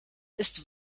ist